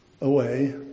away